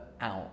out